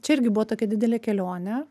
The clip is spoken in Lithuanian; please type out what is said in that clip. čia irgi buvo tokia didelė kelionė